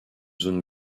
zone